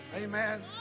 Amen